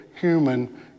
human